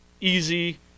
Easy